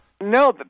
No